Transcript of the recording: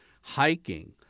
hiking